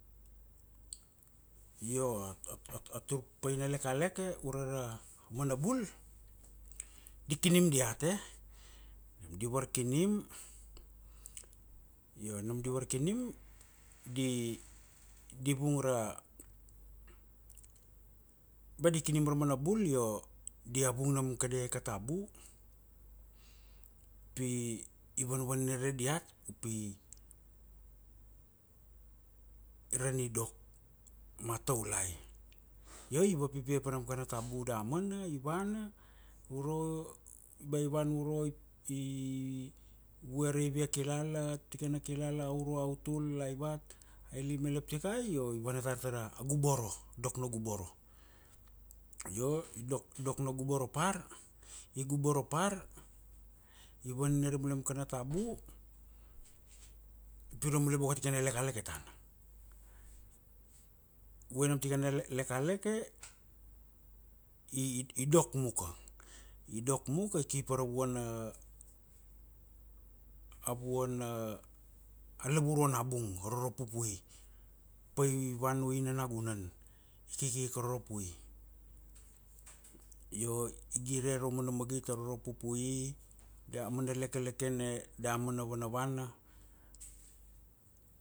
Io, a turpaina lekaleke ure ra mana bul, di kinim diat e? D varkinim, io nam di varkinim, di, di vung ra, ba di kinim ra mana bul, io dia vung nam kadia ika tabu pi i vanvaninare diat pi, ra nidok mataulai. Io i vapipia pa nama kana tabu damana, i vana uro, ba i vana uro i, vue ra ivia kilala, tikana kilala, aurua, autul, aivat, ailima, laptikai io i vana tar tara, a guboro. Dok na guboro. Io i dok, i dok na guboro par, i guboro par, i vaninare bula nam kana tabu, pi nam bula boko tikana lekaleke tana. Vue nam tikana lekaleke, i, idok muka. I dok muka i ki para vuana, a vuana, a lavurua na bung aro ra pupui. Pai vana uina nagunan. Kiki ka aro rapui. Io, igire ra mana magit aro ra pupui, dia a mana lekeleke na ba amana vanavana